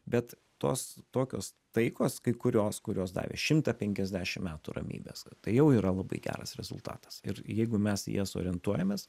bet tos tokios taikos kai kurios kurios davė šimtą penkiasdešim metų ramybės tai jau yra labai geras rezultatas ir jeigu mes į jas orientuojamės